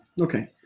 okay